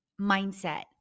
mindset